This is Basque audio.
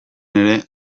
ere